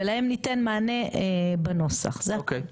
ולהם ניתן מענה בנוסח זה הכל.